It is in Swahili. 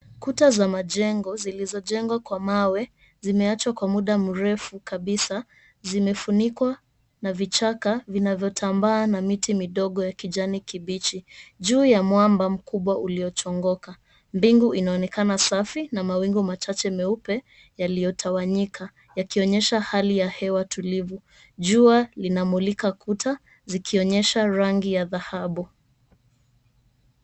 Kuta za majengo zilizojengwa kwa mawe zimewachwa kwa muda mrefu kabisa. Zimefunikwa na vichaka vinavyotambaa na miti midogo ya kijani kibichi. Juu ya mwamba mkubwa uliochongoka. Bingu inaonekana safi na mawingu machache meupe yaliyotawanyika yakionyesha hali ya hewa tulivu. Jua linamulika kuta zikionyesha rangi ya dhahabu.